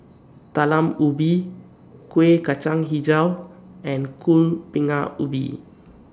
Talam Ubi Kuih Kacang Hijau and Kuih Bingka Ubi